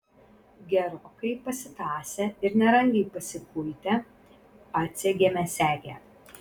gerokai pasitąsę ir nerangiai pasikuitę atsegėme segę